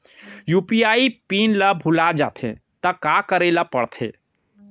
UPI PIN ल भुला जाथे त का करे ल पढ़थे?